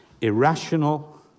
irrational